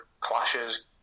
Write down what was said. clashes